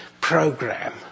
program